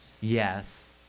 Yes